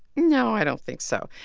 no, i don't think so.